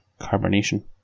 carbonation